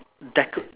deco~